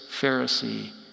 Pharisee